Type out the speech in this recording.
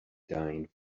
dying